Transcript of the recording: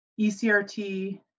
ECRT